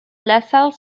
lasalle